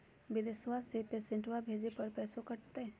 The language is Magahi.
बिदेशवा मे पैसवा भेजे पर पैसों कट तय?